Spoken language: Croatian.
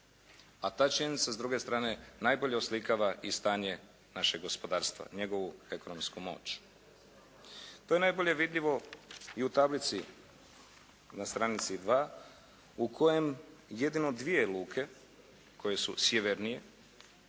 a ta činjenica s druge strane najbolje oslikava i stanje našeg gospodarstva, njegovu ekonomsku moć. To je najbolje vidljivo i u tablici na stranici 2. u kojem jedino dvije luke koje su sjevernije